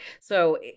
So-